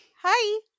hi